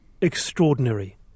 extraordinary